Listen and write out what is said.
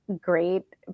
great